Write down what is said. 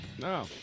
No